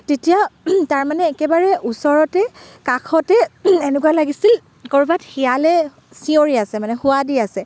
তেতিয়া তাৰমানে একেবাৰে ওচৰতে কাষতে এনেকুৱা লাগিছিল কৰ'বাত শিয়ালে চিঞৰি আছে মানে হোৱা দি আছে